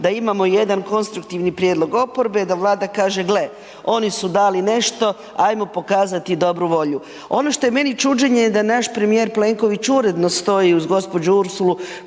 da imamo jedan konstruktivni prijedlog oporbe, da Vlada kaže, gle, oni su dali nešto, hajmo pokazati dobru volju. Ono što je meni čuđenje da naš premijer Plenković uredno stoji uz gđu. Ursulu